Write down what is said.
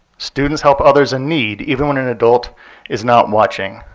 students help others in need, even when an adult is not watching.